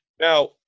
Now